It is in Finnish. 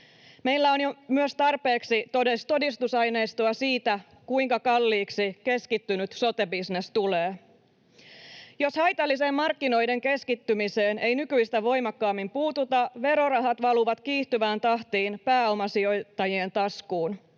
Meillä on myös jo tarpeeksi todistusaineistoa siitä, kuinka kalliiksi keskittynyt sote-bisnes tulee. Jos haitalliseen markkinoiden keskittymiseen ei nykyistä voimakkaammin puututa, verorahat valuvat kiihtyvään tahtiin pääomasijoittajien taskuun.